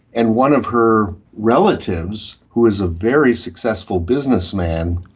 and one of her relatives, who is a very successful businessman,